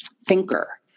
thinker